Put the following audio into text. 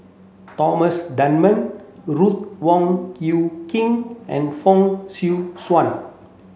Thomas Dunman Ruth Wong Hie King and Fong Swee Suan